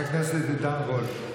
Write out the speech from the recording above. חבר הכנסת עידן רול.